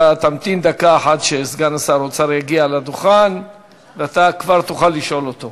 אתה תמתין דקה אחת שסגן שר האוצר יגיע לדוכן ואתה כבר תוכל לשאול אותו.